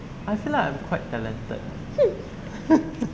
I feel like I'm quite talented